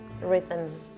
rhythm